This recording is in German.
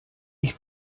ich